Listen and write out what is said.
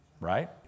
right